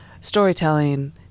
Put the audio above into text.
Storytelling